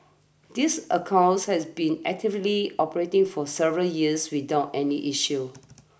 these accounts has been actively operating for several years without any issues